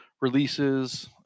releases